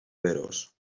veros